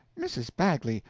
mrs. bagley,